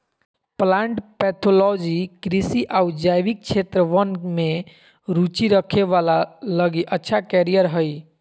plant pathology कृषि आऊ जैविक क्षेत्र वन में रुचि रखे वाला लगी अच्छा कैरियर हइ